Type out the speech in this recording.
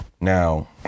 Now